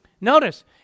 Notice